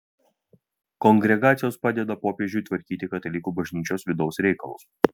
kongregacijos padeda popiežiui tvarkyti katalikų bažnyčios vidaus reikalus